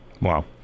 Wow